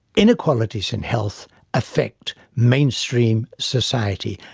inequalities in health affect mainstream society.